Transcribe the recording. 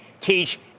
teach